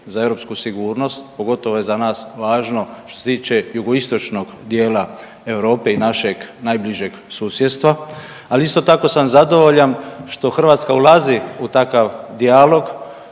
za europsku sigurnost, pogotovo je za nas važno što se tiče jugoistočnog dijela Europe i našeg najbližeg susjedstva, ali isto tako sam zadovoljan što Hrvatska ulazi u takav dijalog